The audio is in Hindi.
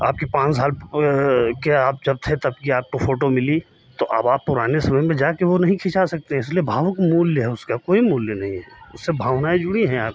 आपकी पाँच साल के आप जब थे तब की आपको फ़ोटो मिली तो अब आप पुराने समय में जाके वो नहीं खिंचा सकते हैं इसलिए भावुक मूल्य है उसका कोई मूल्य नहीं है उससे भावनाएँ जुड़ी हैं आपकी